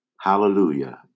Hallelujah